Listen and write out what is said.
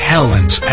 Helens